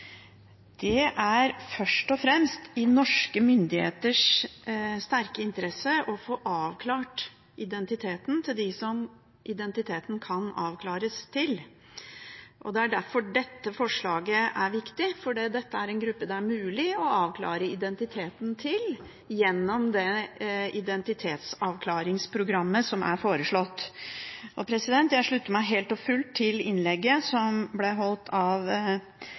Det er først og fremst i norske myndigheters sterke interesse å få avklart identiteten til dem som identiteten kan avklares til. Og det er derfor dette forslaget er viktig, for dette er en gruppe det er mulig å avklare identiteten til gjennom det identitetsavklaringsprogrammet som er foreslått. Jeg slutter meg fullt og helt til innlegget som ble holdt av